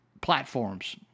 platforms